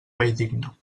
valldigna